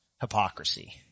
hypocrisy